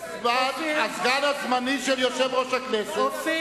הסגן הזמני של יושב-ראש הכנסת, אני אלמד אותך.